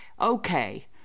okay